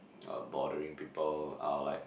uh bothering people I would like